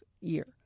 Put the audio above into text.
year